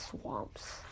swamps